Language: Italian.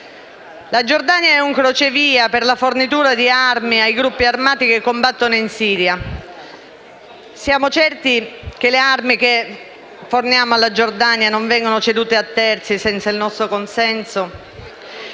La Giordania è un crocevia per la fornitura di armi ai gruppi armati che combattono in Siria. Siamo certi che le armi che forniamo alla Giordania non vengano ceduti a terzi senza il nostro consenso?